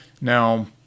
Now